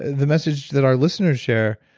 the message that our listeners share,